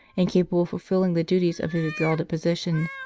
incapable of fulfilling the duties of his exalted position,